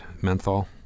menthol